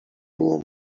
było